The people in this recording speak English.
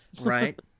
Right